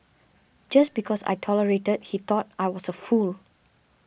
just because I tolerated he thought I was a fool